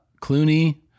Clooney